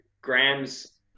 grams